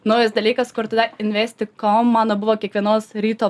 naujas dalykas kur tada investi kom man buvo kiekvienos ryto